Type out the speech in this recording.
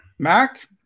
Mac